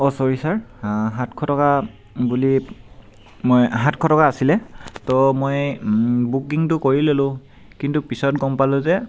অ' sorry sir সাতশ টকা বুলি মই সাতশ টকা আছিলে তো মই বুকিংটো কৰি ল'লোঁ কিন্তু পিছত গম পালোঁ যে